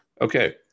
Okay